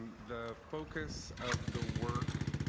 the focus of the work